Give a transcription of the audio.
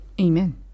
Amen